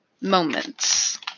moments